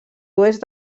oest